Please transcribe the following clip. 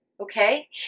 Okay